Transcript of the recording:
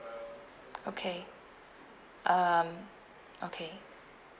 okay um okay